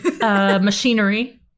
machinery